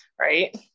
right